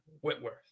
Whitworth